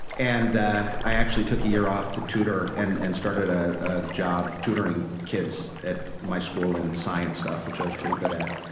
and i actually took a year off to tutor and and started ah a job tutoring kids at my school in science stuff, which i was pretty good at.